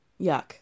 Yuck